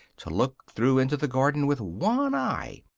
to look through into the garden with one eye,